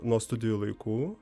nuo studijų laikų